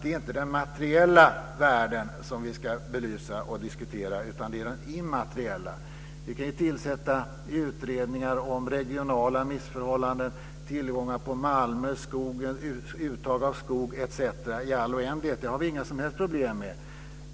Det är inte de materiella värdena som vi ska belysa och diskutera utan de immateriella. Vi kan ju tillsätta utredningar om regionala missförhållanden, tillgångar på malmer och skog, uttag av skog etc. i all oändlighet. Det har vi inga som helst problem med.